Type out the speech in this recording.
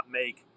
make